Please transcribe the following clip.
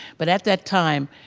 but at that time